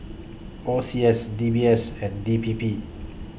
O C S D B S and D P P